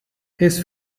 his